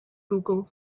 google